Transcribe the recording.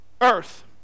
earth